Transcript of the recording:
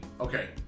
okay